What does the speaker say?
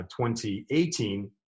2018